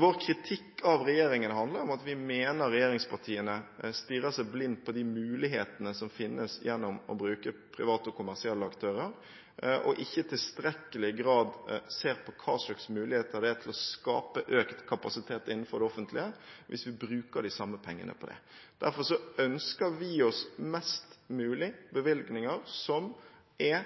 Vår kritikk av regjeringen handler om at vi mener regjeringspartiene stirrer seg blinde på de mulighetene som finnes gjennom å bruke private og kommersielle aktører, og ikke i tilstrekkelig grad ser på hva slags muligheter det er til å skape økt kapasitet innenfor det offentlige, hvis vi bruker de samme pengene på det. Derfor ønsker vi oss mest mulig bevilgninger som er